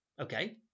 Okay